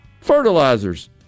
Fertilizers